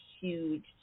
huge